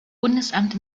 bundesamt